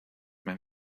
mein